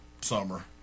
summer